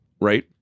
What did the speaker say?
right